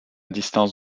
distance